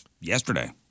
yesterday